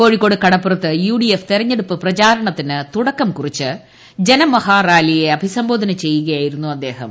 കോഴിക്കോട് കടപ്പുറത്ത് യുഡിഎഫ് തെരഞ്ഞെടുപ്പ് പ്രചാരണത്തിന് തുടക്കം കുറിച്ച് ജനമഹാറാലിയെ അഭിസംബോധന ചെയ്യുകയായിരുന്നു അദ്ദേഹം